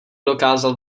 dokázal